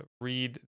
read